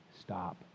stop